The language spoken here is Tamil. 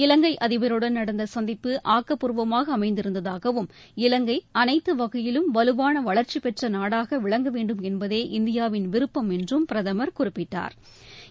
இலங்கை அதிபருடன் நடந்த சந்திப்பு ஆக்கபூர்வமாக அமைந்திருந்ததாகவும் இலங்கை அனைத்து வகையிலும் வலுவான வளர்ச்சி பெற்ற நாடாக விளங்கவேண்டும் என்பதே இந்தியாவின் விருப்பம் என்றும் பிரதமர் குறிப்பிட்டாா்